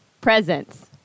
Presents